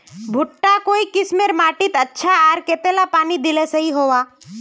भुट्टा काई किसम माटित अच्छा, आर कतेला पानी दिले सही होवा?